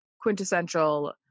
quintessential